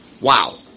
Wow